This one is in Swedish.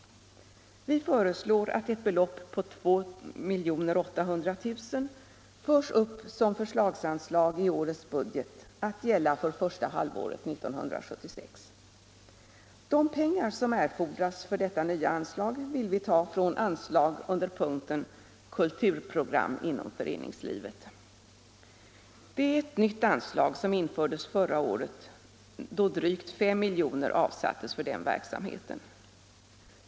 Vi föreslår att ett belopp på 2 800 000 kr. förs upp som förslagsanslag i årets budget att gälla för första halvåret 1976. De pengar som erfordras för detta nya anslag vill vi ta från anslag under punkten Bidrag till kulturprogram inom föreningslivet m.m. Det är ett nytt anslag som infördes förra året, då drygt 5 miljoner avsattes för denna verksamhet.